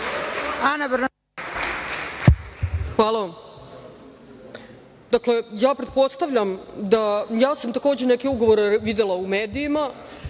Hvala vam. Dakle, ja pretpostavljam da, ja sam takođe neke ugovore videla u medijima,